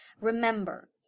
Remember